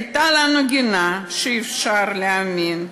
הייתה לנו גינה שאי-אפשר להאמין.